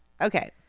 Okay